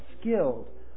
skilled